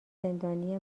زندانی